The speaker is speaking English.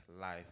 life